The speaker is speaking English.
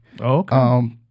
Okay